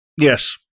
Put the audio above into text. Yes